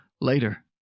Later